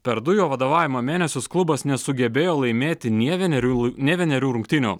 per du jo vadovavimo mėnesius klubas nesugebėjo laimėti nė vienerių nė vienerių rungtynių